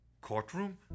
Courtroom